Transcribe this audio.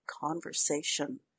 conversation